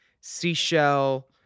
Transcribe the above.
seashell